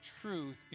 truth